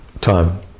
time